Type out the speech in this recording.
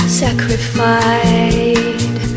sacrificed